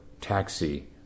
taxi